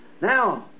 Now